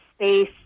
space